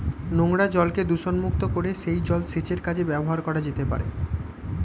নোংরা জলকে দূষণমুক্ত করে সেই জল সেচের কাজে ব্যবহার করা যেতে পারে